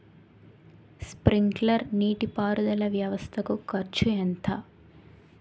Sprinkler నీటిపారుదల వ్వవస్థ కు ఖర్చు ఎంత?